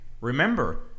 remember